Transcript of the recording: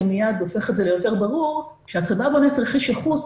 זה מיד הופך את זה ליותר ברור כשהצבא בונה תרחיש ייחוס,